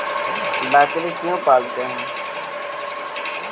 बकरी क्यों पालते है?